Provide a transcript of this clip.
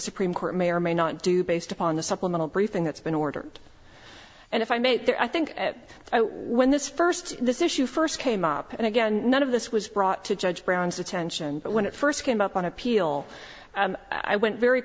supreme court may or may not do based upon the supplemental briefing that's been ordered and if i may there i think when this first this issue first came up and again none of this was brought to judge brown's attention when it first came up on appeal i went very